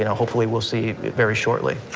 you know hopefully we'll see very shortly.